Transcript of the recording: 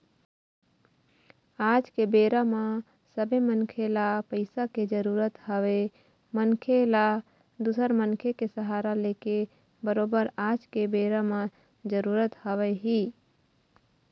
आज के बेरा म सबे मनखे ल पइसा के जरुरत हवय मनखे ल दूसर मनखे के सहारा लेके बरोबर आज के बेरा म जरुरत हवय ही